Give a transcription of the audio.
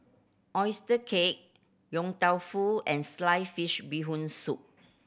oyster cake Yong Tau Foo and sliced fish Bee Hoon Soup